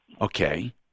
Okay